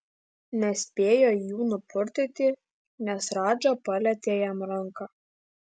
nespėjo jų nupurtyti nes radža palietė jam ranką